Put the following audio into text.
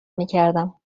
میکردم